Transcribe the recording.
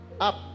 up